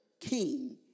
king